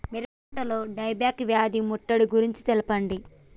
మిరప పంటలో die back వ్యాధి ముట్టడి గురించి తెల్పండి?